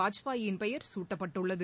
வாஜ்பாயின் பெயர் சூட்டப்பட்டுள்ளது